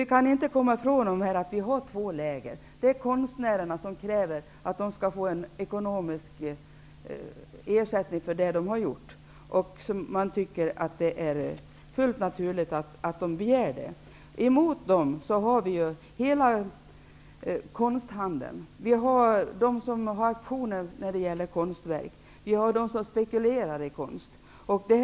Vi kan därför inte komma ifrån att vi här har två läger. Konstnärerna kräver att få ekonomisk ersättning för sin produkt, vilket är fullt naturligt. Emot dem står hela konsthandeln, de som anordnar auktioner på konstverk och de som spekulerar i konst.